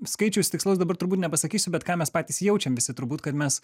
skaičiaus tikslaus dabar turbūt nepasakysiu bet ką mes patys jaučiam visi turbūt kad mes